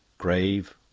grave,